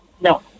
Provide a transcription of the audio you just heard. no